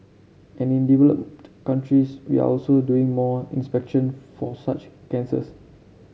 and in developed countries we are also doing more inspection for such cancers